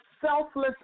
selfless